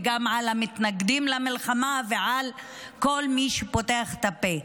גם על המתנגדים למלחמה וגם על כל מי שפותח את הפה.